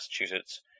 Massachusetts